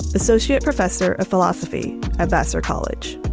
associate professor of philosophy at vassar college.